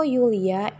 Yulia